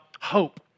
hope